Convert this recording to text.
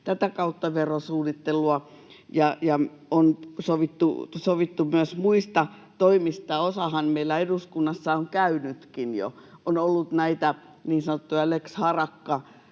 tätä kautta verosuunnittelua, ja on sovittu myös muista toimista. Osahan meillä eduskunnassa on käynytkin jo, on ollut näitä niin sanottuja Lex Harakka